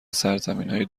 سرزمینای